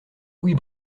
louis